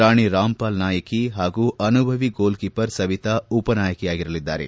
ರಾಣಿ ರಾಮ್ಪಾಲ್ ನಾಯಕಿ ಹಾಗೂ ಅನುಭವಿ ಗೋಲ್ಕೀಪರ್ ಸವಿತಾ ಉಪನಾಯಕಿಯಾಗಿರಲಿದ್ದಾರೆ